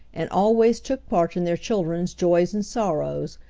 and always took part in their children's joys and sorrows,